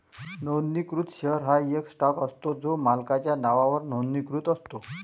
नोंदणीकृत शेअर हा एक स्टॉक असतो जो मालकाच्या नावावर नोंदणीकृत असतो